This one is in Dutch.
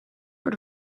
door